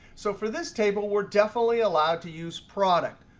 so for this table, we're definitely allowed to use product.